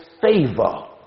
favor